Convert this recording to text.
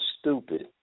stupid